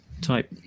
type